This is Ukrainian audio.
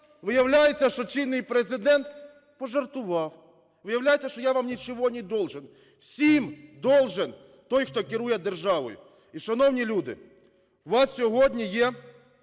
виявляється, що чинний Президент пожартував, виявляється, що "я вам ничего не должен". Всім должен той, хто керує державою. І, шановні люди, у вас сьогодні є